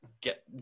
get